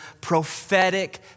prophetic